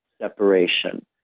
separation